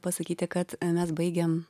pasakyti kad mes baigėm